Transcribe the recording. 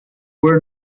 were